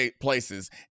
places